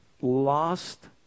lost